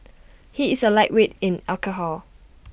he is A lightweight in alcohol